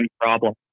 problem